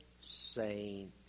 saint